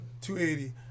$280